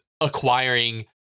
acquiring